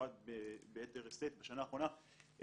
ביתר שאת בשנה האחרונה,